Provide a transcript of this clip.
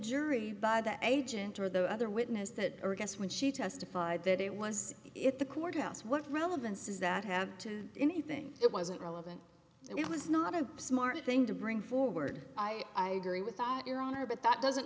jury by the agent or the other witness that or guess when she testified that it was it the courthouse what relevance does that have to anything it wasn't relevant it was not a smart thing to bring forward i agree with your honor but that doesn't